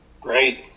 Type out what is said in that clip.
Great